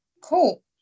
Cool